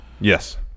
Yes